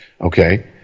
Okay